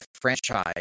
franchise